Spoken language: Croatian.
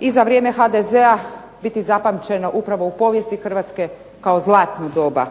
i za vrijeme HDZ-a biti zapamćena upravo u povijesti Hrvatske kao zlatno doba,